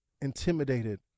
intimidated